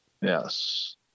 Yes